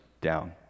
down